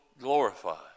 glorified